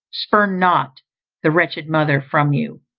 spurn not the wretched mother from you.